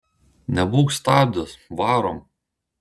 nebūk stabdis varom